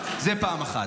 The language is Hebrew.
זה פעם אחת.